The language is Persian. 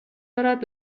دارد